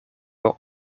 por